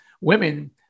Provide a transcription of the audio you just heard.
women